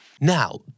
Now